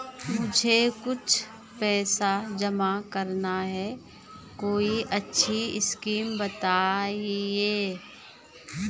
मुझे कुछ पैसा जमा करना है कोई अच्छी स्कीम बताइये?